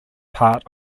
part